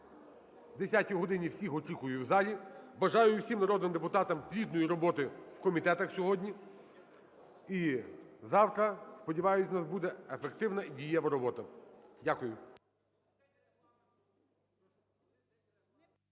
о 10 годині всіх очікую в залі. Бажаю усім народним депутатам плідної роботи в комітетах сьогодні. І завтра, сподіваюся, в нас буде ефективна і дієва робота. Дякую.